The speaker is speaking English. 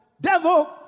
devil